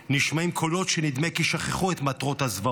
נשמעים קולות שנדמה כי שכחו את מטרות הזוועות.